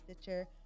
Stitcher